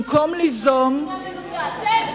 במקום ליזום, אתם הפכתם